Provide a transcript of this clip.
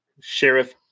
Sheriff